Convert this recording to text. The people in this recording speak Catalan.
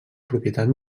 propietat